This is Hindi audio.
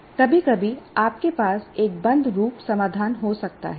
कभी कभी आपके पास एक बंद रूप समाधान हो सकता है